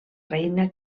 reina